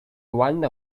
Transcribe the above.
one